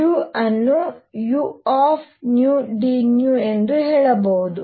U ಅನ್ನು udν ಎಂದು ಹೇಳಬಹದು